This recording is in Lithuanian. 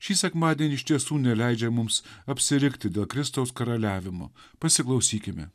šį sekmadienį iš tiesų neleidžia mums apsirikti dėl kristaus karaliavimo pasiklausykime